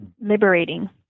liberating